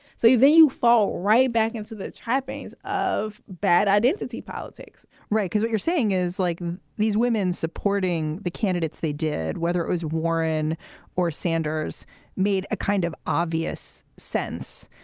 so then you fall right back into the trappings of bad identity politics right. because what you're saying is like these women supporting the candidates, they did, whether it was warren or sanders made a kind of obvious sense.